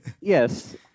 Yes